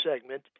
segment